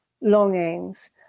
longings